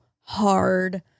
hard